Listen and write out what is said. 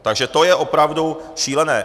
Takže to je opravdu šílené.